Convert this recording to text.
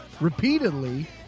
repeatedly